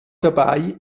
dabei